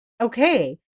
okay